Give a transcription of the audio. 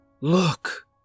Look